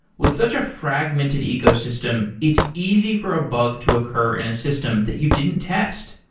with such a fragmented ecosystem, it's easy for a bug to occur in a system that you didn't test.